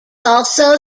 also